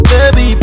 Baby